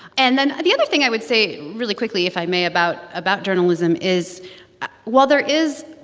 and then the other thing i would say really quickly, if i may, about about journalism is while there is,